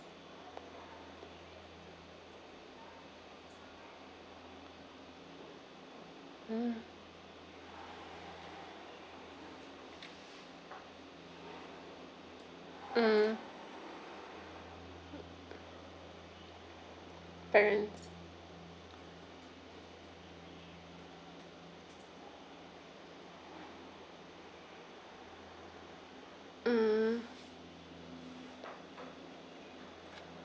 mm mm parents mm